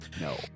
No